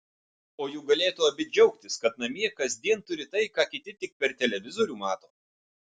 o juk galėtų abi džiaugtis kad namie kasdien turi tai ką kiti tik per televizorių mato